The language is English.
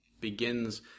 begins